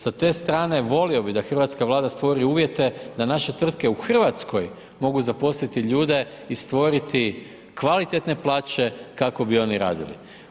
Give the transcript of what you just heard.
Sa te strane volio bih da hrvatska Vlada stvori uvjete da naše tvrtke u Hrvatskoj mogu zaposliti ljude i stvoriti kvalitetne plaće kako bi oni radili.